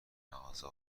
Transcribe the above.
مغازه